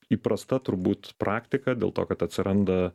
įprasta turbūt praktika dėl to kad atsiranda